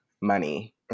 money